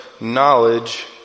knowledge